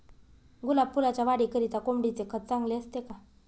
गुलाब फुलाच्या वाढीकरिता कोंबडीचे खत चांगले असते का?